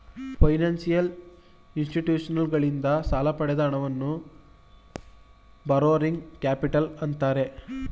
financial ಇನ್ಸ್ಟಿಟ್ಯೂಷನ್ಸಗಳಿಂದ ಸಾಲ ಪಡೆದ ಹಣವನ್ನು ಬಾರೋಯಿಂಗ್ ಕ್ಯಾಪಿಟಲ್ ಅಂತ್ತಾರೆ